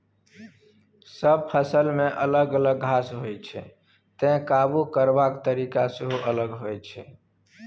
सब फसलमे अलग अलग घास होइ छै तैं काबु करबाक तरीका सेहो अलग होइ छै